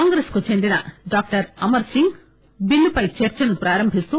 కాంగ్రెస్ కు చెందిన డాక్టర్ అమర్ సింగ్ బిల్లుపై చర్చను ప్రారంభిస్తూ